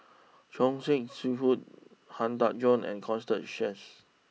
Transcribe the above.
Choor Singh Sidhu Han Tan Juan and Constance Sheares